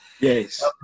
Yes